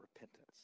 repentance